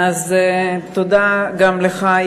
תודה גם לך,